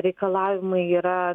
reikalavimai yra